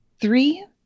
Three